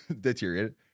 deteriorated